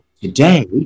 Today